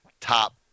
top